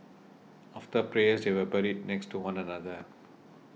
after prayers they were buried next to one another